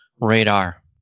radar